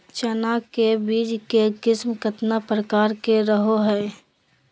चना के बीज के किस्म कितना प्रकार के रहो हय?